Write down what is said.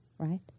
Right